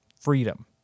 freedom